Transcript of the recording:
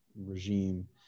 regime